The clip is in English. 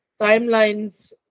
timelines